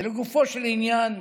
ולגופו של עניין,